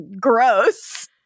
gross